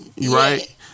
right